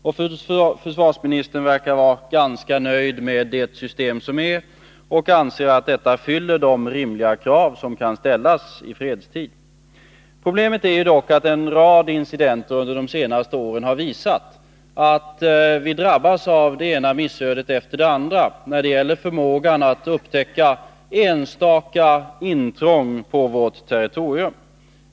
Och försvarsministern verkar vara ganska nöjd med det system som vi har och anser att det fyller de rimliga krav som kan ställas i fredstid. Problemet är dock att en rad incidenter under de senaste åren har visat att vi drabbas av det ena missödet efter det andra när det gäller förmågan att upptäcka enstaka intrång på vårt territorium.